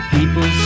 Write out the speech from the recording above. People